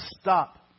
stop